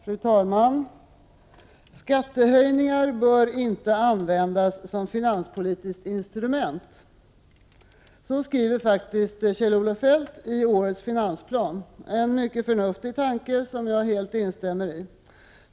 Fru talman! ”Skattehöjningar bör inte användas som finanspolitiskt instrument.” Så skriver Kjell-Olof Feldt i årets finansplan. Det är en mycket förnuftig tanke, som jag instämmer i.